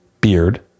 beard